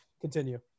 Continue